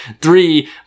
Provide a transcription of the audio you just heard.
three